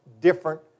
different